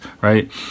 Right